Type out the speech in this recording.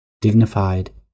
Dignified